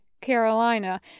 Carolina